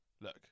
look